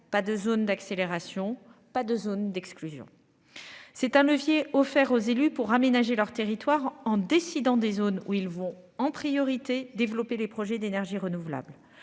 pas de zones d'accélération. Pas de zone d'exclusion. C'est un levier offert aux élus pour aménager leur territoire en décidant des zones où ils vont en priorité développer des projets d'énergies renouvelables.